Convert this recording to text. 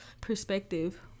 perspective